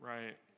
Right